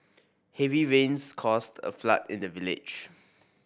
heavy rains caused a flood in the village